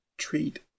Treat